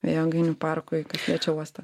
vėjo jėgainių parkui kas liečia uostą